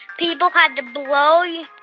people had to blow yeah